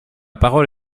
parole